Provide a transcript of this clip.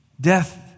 Death